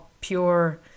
pure